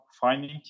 finding